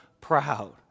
proud